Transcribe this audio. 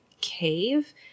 cave